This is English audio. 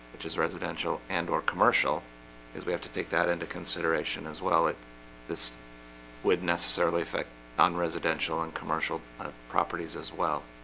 which is residential and or commercial is we have to take that into consideration as well it this would necessarily effect on residential and commercial properties as well.